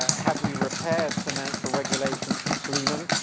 have we repaired financial regulation since lehman.